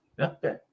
Okay